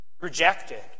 rejected